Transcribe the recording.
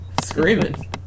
Screaming